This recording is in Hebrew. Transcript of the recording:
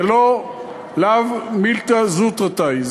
לאו מילתא זוטרתא היא,